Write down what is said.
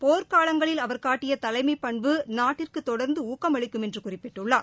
போர்க்காலங்களில் அவர் காட்டிய தலைமைப்பண்பு நாட்டிற்கு தொடர்ந்து ஊக்கமளிக்கும் என்று குறிப்பிட்டுள்ளார்